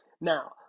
Now